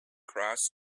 cross